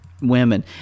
Women